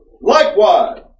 likewise